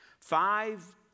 Five